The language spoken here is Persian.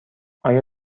آیا